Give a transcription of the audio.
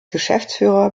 geschäftsführer